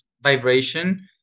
vibration